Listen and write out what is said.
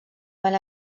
van